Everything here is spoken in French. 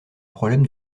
problème